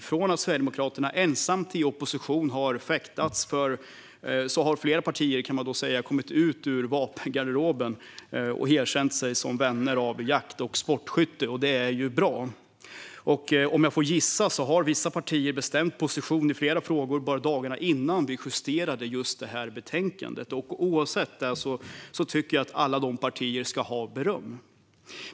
Från det att Sverigedemokraterna ensamma har fäktats i opposition har flera partier så att säga kommit ut ur vapengarderoben och erkänt sig som vänner av jakt och sportskytte. Det är bra. Om jag får gissa har vissa partier bestämt position i flera frågor bara dagarna innan vi justerade detta betänkande. Oavsett varför tycker jag att alla dessa partier ska ha beröm.